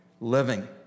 living